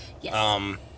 Yes